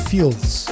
Fields